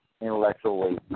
intellectually